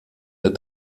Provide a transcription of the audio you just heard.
der